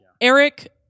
Eric